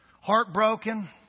heartbroken